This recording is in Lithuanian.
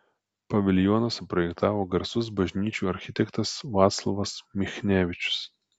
paviljoną suprojektavo garsus bažnyčių architektas vaclovas michnevičius